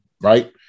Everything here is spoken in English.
right